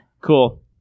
Cool